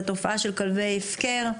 את התופעה של כלבי הפקר.